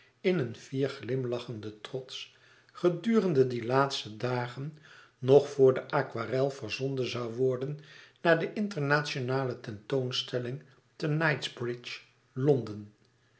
in een fier glimlachenden trots gedurende die laatste dagen nog vr de aquarel verzonden zoû worden naar de internationale tentoonstelling te knightbridge londen